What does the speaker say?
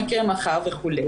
מה יקרה מחר וכו',